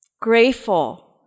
grateful